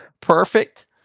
Perfect